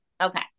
Okay